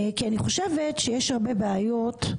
אני חושבת שיש הרבה בעיות.